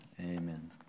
Amen